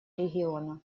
региона